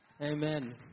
Amen